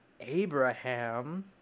Abraham